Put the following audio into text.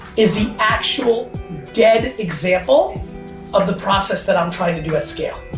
is the actual dead example of the process that i'm trying to do at scale.